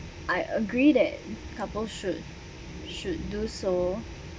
I agree that couple should should do so